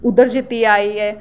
उद्धर जित्तियै आई गे